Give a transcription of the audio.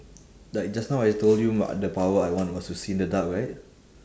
like just now I told you what the power I want was to see in the dark right